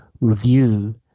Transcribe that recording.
Review